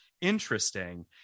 interesting